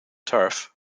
turf